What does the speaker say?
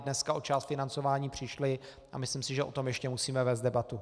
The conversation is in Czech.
Dneska o část financování přišly a myslím si, že o tom ještě musíme vést debatu.